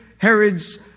Herod's